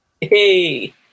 Hey